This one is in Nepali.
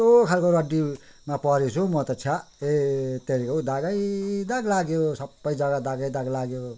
कस्तो खालको रड्डीमा परेछु हौ म त छ्या हत्तेरी हो दागैदाग लाग्यो सबै जग्गा दागैदाग लाग्यो